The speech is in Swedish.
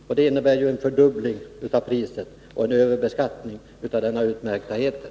Förslaget innebär en fördubbling av skatten och en överbeskattning av denna utmärkta eter.